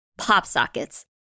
Popsockets